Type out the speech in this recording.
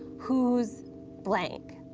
who's blank,